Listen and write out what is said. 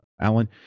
Alan